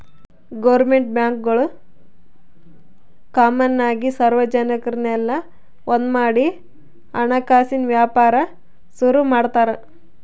government ಬ್ಯಾಂಕ್ಗುಳು common ಆಗಿ ಸಾರ್ವಜನಿಕುರ್ನೆಲ್ಲ ಒಂದ್ಮಾಡಿ ಹಣಕಾಸಿನ್ ವ್ಯಾಪಾರ ಶುರು ಮಾಡ್ತಾರ